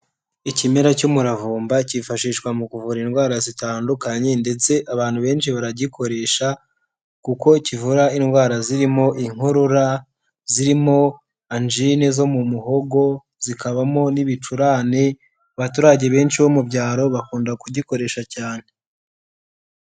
Ikimera cy'umuravumba cyifashishwa mu kuvura indwara zitandukanye ndetse abantu benshi baragikoresha, kuko kivura indwara zirimo inkorora, zirimo anjine zo mu muhogo, zikabamo n'ibicurane, abaturage benshi bo mu byaro bakunda kugikoresha cyane.